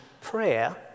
prayer